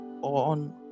on